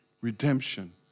Redemption